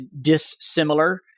dissimilar